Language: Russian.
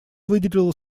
выделила